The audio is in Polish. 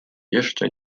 jeszcze